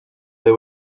they